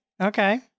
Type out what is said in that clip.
Okay